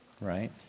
right